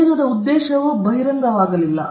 ಅಧ್ಯಯನದ ಉದ್ದೇಶವು ಈ ವಿಷಯಕ್ಕೆ ಬಹಿರಂಗವಾಗಿಲ್ಲ